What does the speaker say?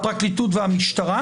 הפרקליטות והמשטרה,